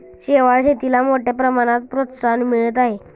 शेवाळ शेतीला मोठ्या प्रमाणात प्रोत्साहन मिळत आहे